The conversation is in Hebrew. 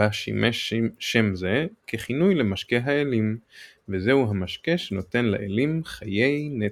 בה שימש שם זה ככינוי למשקה האלים וזהו המשקה שנותן לאלים חיי נצח.